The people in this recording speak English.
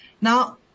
Now